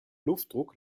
luftdruck